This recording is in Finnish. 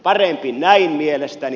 parempi näin mielestäni